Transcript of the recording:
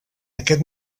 aquest